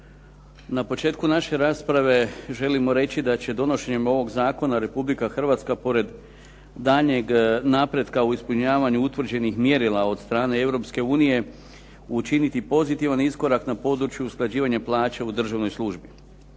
Na početku naše rasprave želimo reći da će donošenjem ovog zakona Republika Hrvatska pored daljnjeg napretka u ispunjavanju utvrđenih mjerila od strane Europske unije učiniti pozitivan iskorak na području usklađivanja plaća u državnoj službi.